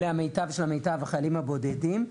אלה המיטב של המיטב החיילים הבודדים.